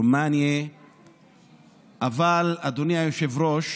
רומאנה, אבל, אדוני היושב-ראש,